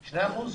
2%?